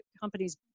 companies